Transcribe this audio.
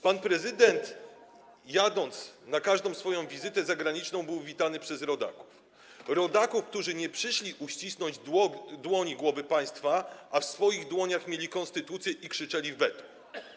Pan prezydent, jadąc na każdą wizytę zagraniczną, był witany przez rodaków, którzy nie przyszli uścisnąć dłoni głowy państwa, a w swoich dłoniach mieli konstytucję i krzyczeli: Weto!